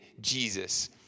Jesus